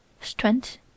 Strength